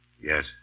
Yes